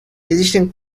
existem